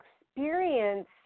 experience